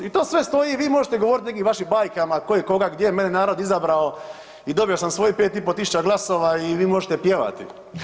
I to sve stoji i vi možete govoriti o nekim vašim bajkama tko je koga gdje, mene narod izabrao i dobio sam svojih 5 i po tisuća glasova i vi možete pjevati.